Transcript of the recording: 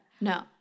No